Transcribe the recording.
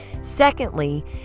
Secondly